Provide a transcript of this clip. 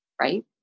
Right